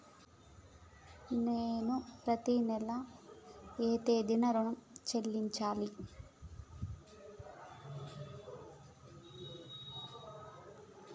నేను పత్తి నెల ఏ తేదీనా ఋణం చెల్లించాలి?